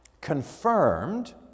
confirmed